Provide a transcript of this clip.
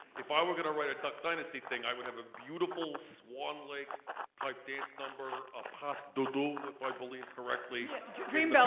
if i were gonna write a duck dynasty thing i would have a beautiful swan like lake-type dance number, a pas de deux, if i believe correctly.